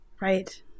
Right